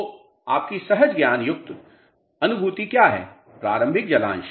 तो आपकी सहज ज्ञान युक्त अनुभति क्या है प्रारंभिक जलांश